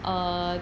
oh